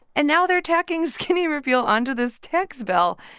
and now they're tacking skinny repeal onto this tax bill.